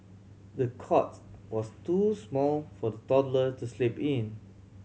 the cots was too small for the toddler to sleep in